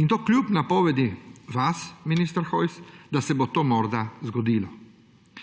in to kljub napovedi vas, minister Hojs, da se bo to morda zgodilo.